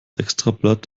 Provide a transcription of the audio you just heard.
extrablatt